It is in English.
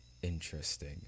interesting